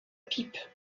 pipe